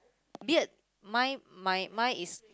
beard mine my my is